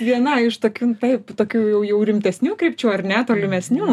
viena iš tokių taip tokių jau jau rimtesnių krypčių ar ne tolimesnių